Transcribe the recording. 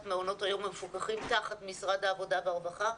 מעונות היום המפוקחים תחת משרד העבודה והרווחה,